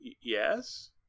Yes